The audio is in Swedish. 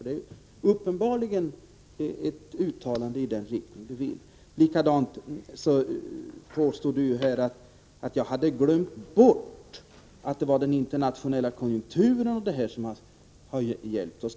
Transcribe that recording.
Det är uppenbarligen ett uttalande av det slaget Christer Eirefelt efterlyser. Likaså påstår Christer Eirefelt att jag glömt bort att det är den internationella konjunkturen som hjälpt oss.